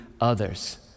others